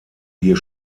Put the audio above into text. hier